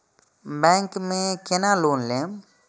Bank में केना loan लेम?